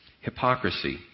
Hypocrisy